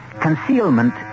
Concealment